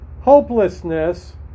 hopelessness